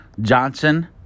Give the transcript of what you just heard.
Johnson